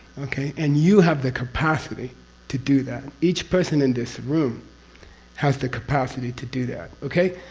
okay? and you have the capacity to do that each person in this room has the capacity to do that. okay?